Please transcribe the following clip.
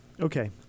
Okay